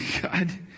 God